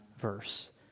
verse